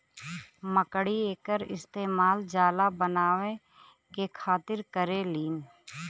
मकड़ी एकर इस्तेमाल जाला बनाए के खातिर करेलीन